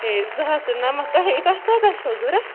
ہے زٕ ہتھ تہٕ نمتھ تۄہے تۄہہِ کٕژاہ چھَو ضوٚرَتھ